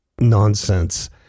nonsense